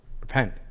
Repent